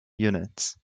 units